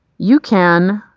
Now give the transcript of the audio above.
you can